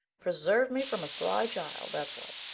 preserve me from a sly child, that's what.